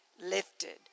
lifted